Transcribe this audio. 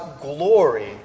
glory